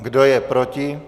Kdo je proti?